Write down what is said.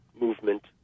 Movement